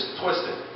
twisted